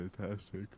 fantastic